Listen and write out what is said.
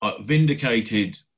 vindicated